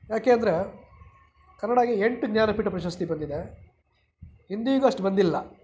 ಯಾಕೆ ಅಂದರೆ ಕನ್ನಡಾಗೆ ಎಂಟು ಜ್ಞಾನಪೀಠ ಪ್ರಶಸ್ತಿ ಬಂದಿದೆ ಹಿಂದಿಗೂ ಅಷ್ಟು ಬಂದಿಲ್ಲ